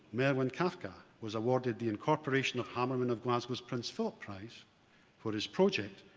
merlin kafka was awarded the incorporation of hammermen of glasgow's prince philip prize for his project,